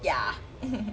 ya